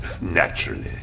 naturally